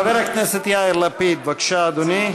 חבר הכנסת יאיר לפיד, בבקשה, אדוני.